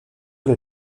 sous